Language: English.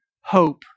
hope